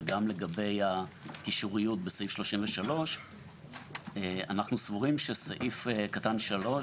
וגם לגבי הקישוריות בסעיף 33. אנחנו סבורים שבסעיף קטן (3),